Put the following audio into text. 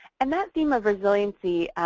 and that theme of resiliency,